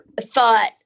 thought